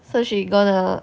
so she gonna